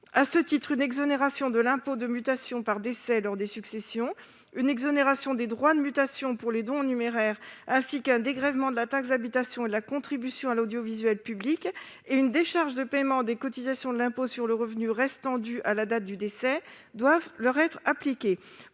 », afin qu'une exonération de l'impôt de mutation par décès lors des successions, une exonération des droits de mutation pour les dons en numéraires, ainsi qu'un dégrèvement de la taxe d'habitation, de la contribution à l'audiovisuel public et une décharge de paiement des cotisations de l'impôt sur le revenu restant dues à la date du décès leur soient appliqués,